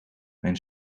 mijn